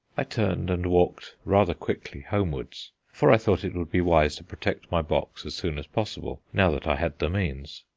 i turned and walked rather quickly homewards, for i thought it would be wise to protect my box as soon as possible now that i had the means.